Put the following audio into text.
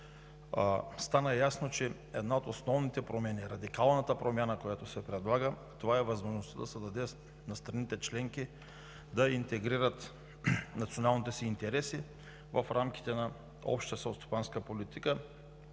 стана ясно, че една от основните промени, радикалната промяна, която се предлага, е възможността да се даде на страните членки да интегрират националните си интереси в рамките на Общата селскостопанска политика,